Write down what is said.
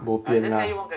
bo pian lah